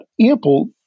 ample